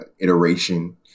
iteration